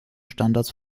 standards